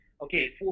okay